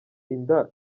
inda